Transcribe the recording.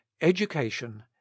Education